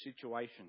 situation